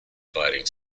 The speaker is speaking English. fighting